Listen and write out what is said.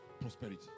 prosperity